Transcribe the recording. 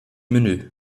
menü